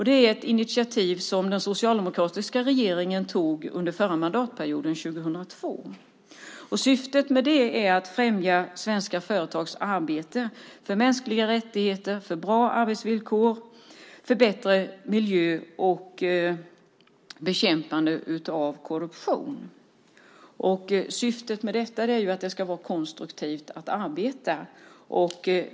Det är ett initiativ som den socialdemokratiska regeringen tog under förra mandatperioden, 2002. Syftet är att främja svenska företags arbete för mänskliga rättigheter, bra arbetsvillkor, bättre miljö och bekämpande av korruption. Syftet är också att det ska vara konstruktivt att arbeta.